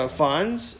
funds